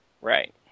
Right